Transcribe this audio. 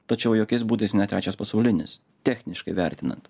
tačiau jokiais būdais ne trečias pasaulinis techniškai vertinant